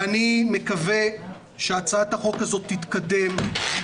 אני מקווה שהצעת החוק הזאת תתקדם.